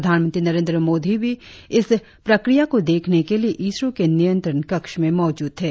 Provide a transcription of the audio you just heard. प्रधानमंत्री नरेंद्र मोदी भी इस प्रक्रिया को देखने के लिए इसरो के नियंत्रण केंद्र में मौजूद थे